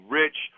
rich